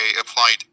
applied